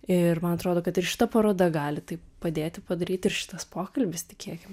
ir man atrodo kad ir šita paroda gali tai padėti padaryti ir šitas pokalbis tikėkime